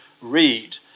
read